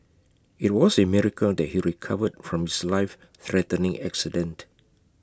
IT was A miracle that he recovered from his lifethreatening accident